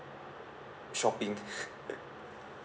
shopping